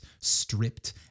stripped